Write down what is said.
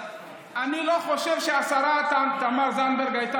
אני לא חושב שהשרה תמר זנדברג הייתה